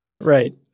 Right